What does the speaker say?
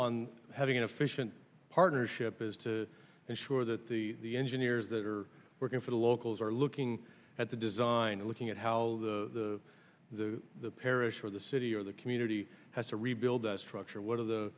on having an efficient partnership is to ensure that the engineers that are working for the locals are looking at the design and looking at how to do the parish or the city or the community has to rebuild the structure what are the